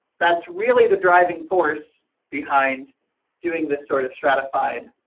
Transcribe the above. that's really the driving force behind doing this sort of stratified